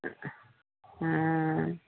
हँ